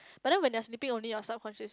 but then when you're sleeping only your subconscious